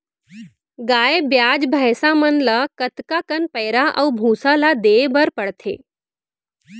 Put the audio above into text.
गाय ब्याज भैसा मन ल कतका कन पैरा अऊ भूसा ल देये बर पढ़थे?